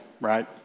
right